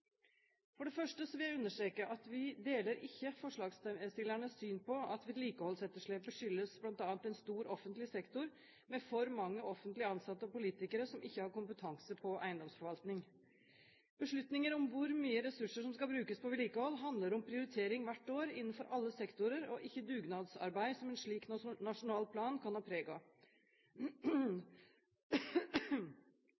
For det første vil jeg understreke at vi deler ikke forslagsstillernes syn på at vedlikeholdsetterslepet skyldes bl.a. en stor offentlig sektor med for mange offentlige ansatte og politikere som ikke har kompetanse på eiendomsforvaltning. Beslutninger om hvor mye ressurser som skal brukes på vedlikehold, handler om prioritering hvert år innenfor alle sektorer, og ikke dugnadsarbeid, som en slik nasjonal plan kan ha